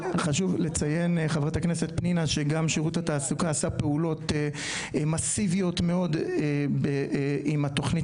אבל חשוב לציין שגם שירות התעסוקה עשה פעולות מאסיביות מאוד עם התוכנית